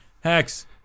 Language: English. Hex